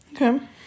okay